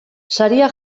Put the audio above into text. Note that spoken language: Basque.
saria